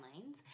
Lines